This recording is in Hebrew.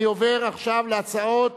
אני עובר עכשיו להצעת